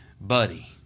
buddy